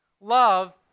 love